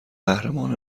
قهرمان